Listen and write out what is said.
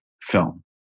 film